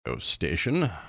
Station